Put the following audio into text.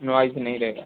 noise नहीं रहेगा